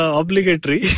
obligatory